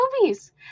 movies